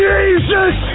Jesus